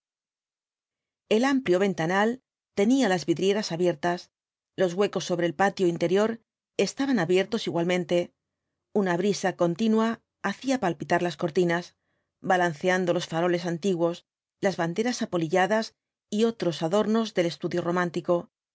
el amplio ventanal tenía las vidrieras abiertas los huecos sobre el patio interior estaban abiertos igualmente una brisa continua hacía palpitar las cortinas balanceando los faroles antiguos las banderas apolilladas y otros adornos del estudio romántico